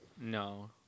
No